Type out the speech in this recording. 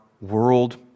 world